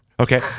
Okay